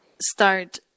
start